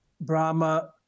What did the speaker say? Brahma